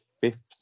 fifth